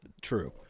True